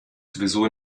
sowieso